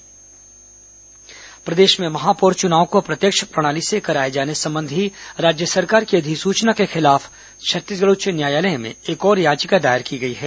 high court महापौर चुनाव प्रदेश में महापौर चुनाव को अप्रत्यक्ष प्रणाली से कराए जाने संबंधी राज्य सरकार की अधिसूचना के खिलाफ छत्तीसगढ़ उच्च न्यायालय में एक और याचिका दायर की गई है